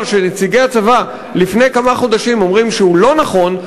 שנציגי הצבא לפני כמה חודשים אמרו שהוא לא נכון,